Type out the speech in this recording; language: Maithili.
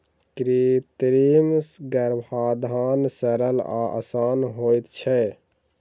कृत्रिम गर्भाधान सरल आ आसान होइत छै